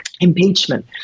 impeachment